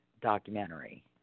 documentary